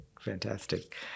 fantastic